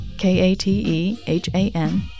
K-A-T-E-H-A-N